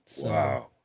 wow